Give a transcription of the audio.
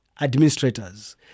administrators